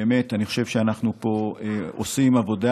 באמת, אני חושב שאנחנו עושים פה עבודה.